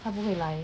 他不会来